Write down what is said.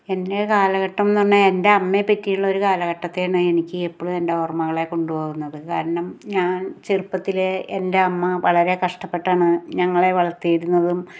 എൻ്റെ കാലഘട്ടംന്ന് പറഞ്ഞാൽ എൻ്റെ അമ്മയെ പറ്റിയുള്ള ഒരു കാലഘട്ടത്തെയാണ് എനിക്ക് എപ്പോഴും എന്റെ ഓർമ്മകളെ കൊണ്ടു പോകുന്നത് കാരണം ഞാൻ ചെറുപ്പത്തിലേ എൻ്റെ അമ്മ വളരെ കഷ്ടപ്പെട്ടാണ് ഞങ്ങളെ വളർത്തിയിരുന്നതും